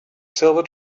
silver